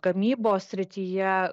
gamybos srityje